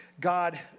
God